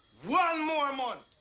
one more month!